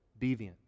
deviant